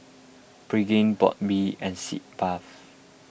Pregain Burt Bee and Sitz Bath